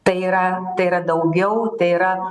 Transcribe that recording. tai yra tai yra daugiau tai yra